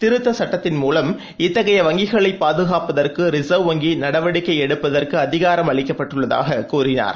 திருத்த சுட்டதின் மூலம் இத்தகைய வங்கிகளை பாதுகாப்பதற்கு ரிசர்வ் வங்கி நடவடிக்கை எடுப்பதற்கு அதிகாரம் அளிக்கப்பட்டுள்ளதாக கூறினார்